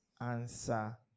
answer